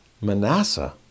Manasseh